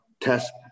test